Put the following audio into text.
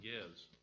gives